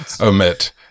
Omit